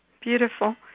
Beautiful